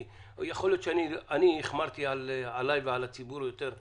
יכול להיות שאני החמרתי עלי ועל הציבור יותר מידי.